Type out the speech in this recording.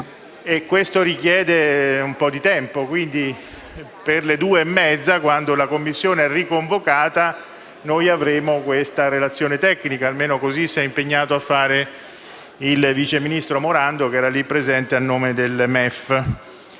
questo richiede un po' di tempo. Per le ore 14,30, quando la Commissione è riconvocata, disporremo di questa relazione tecnica, almeno così si è impegnato a fare il vice ministro Morando, che era presente a nome del MEF.